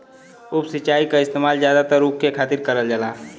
उप सिंचाई क इस्तेमाल जादातर ऊख के खातिर करल जाला